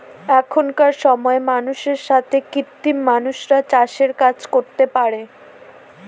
এখনকার সময় মানুষের সাথে কৃত্রিম মানুষরা চাষের কাজ করতে পারে